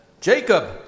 Jacob